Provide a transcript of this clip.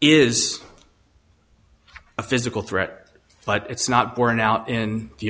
is a physical threat but it's not borne out in the